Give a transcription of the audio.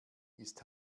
ist